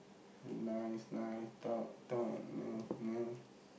nice nice talk talk love love